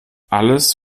alles